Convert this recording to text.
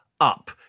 up